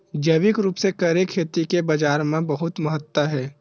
जैविक रूप से करे खेती के बाजार मा बहुत महत्ता हे